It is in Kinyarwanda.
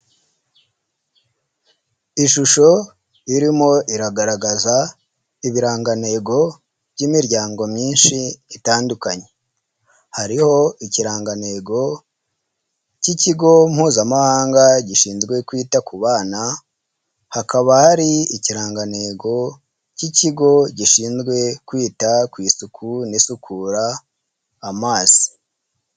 Ishusho irimo iragaragaza ibirangantego by'imiryango myinshi itandukanye. Hariho ikirangantego cy'ikigo mpuzamahanga gishinzwe kwita ku bana, hakaba hari ikirangantego cy'ikigo gishinzwe kwita ku isuku n'isukura amazi.